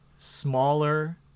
smaller